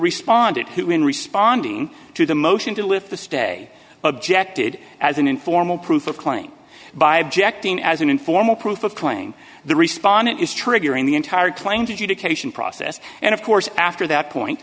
responded who in responding to the motion to lift the stay objected as an informal proof of claim by objecting as an informal proof of claim the respondent is triggering the entire claim to dictation process and of course after that point